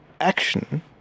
action